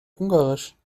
ungarisch